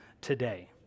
today